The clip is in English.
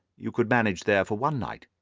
you could manage there for one night.